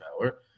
power